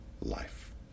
life